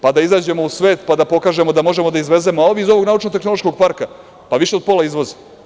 Pa da izađemo u svet, pa da pokažemo da možemo da izvezemo, a ovi iz naučno-tehnološkog parka, pa više od pola izvoze.